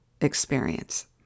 experience